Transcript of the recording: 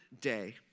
day